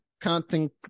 counting